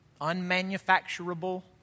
unmanufacturable